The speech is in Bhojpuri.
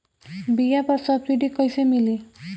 बीया पर सब्सिडी कैसे मिली?